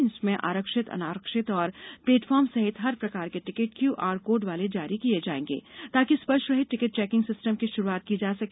इसमें आरक्षित अनारक्षित और प्लेटफार्म सहित हर प्रकार के टिकट क्यूआर कोड वाले जारी किए जाएंगे ताकि स्पर्श रहित टिकट चेकिंग सिस्टम की शुरुआत की जा सके